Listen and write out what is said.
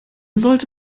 sollte